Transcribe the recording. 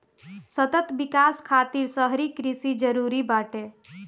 सतत विकास खातिर शहरी कृषि जरूरी बाटे